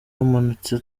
bamanutse